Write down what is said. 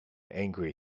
angry